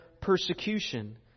persecution